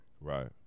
Right